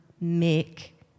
make